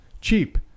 cheap